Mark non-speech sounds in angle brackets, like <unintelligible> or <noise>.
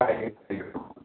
തൈര് <unintelligible>